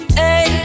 hey